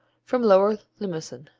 from lower limousin.